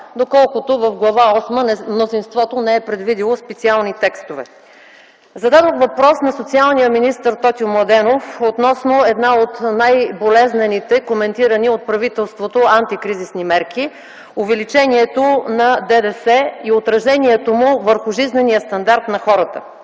доколкото в Глава осма мнозинството не е предвидило специални текстове. Зададох въпрос на социалния министър Тотю Младенов относно една от най-болезнените, коментирани от правителството антикризисни мерки – увеличението на ДДС и отражението му върху жизнения стандарт на хората.